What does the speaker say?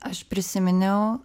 aš prisiminiau